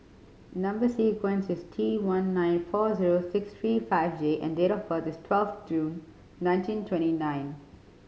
number sequence is T one nine four zero six three five J and date of birth is twelve June nineteen twenty nine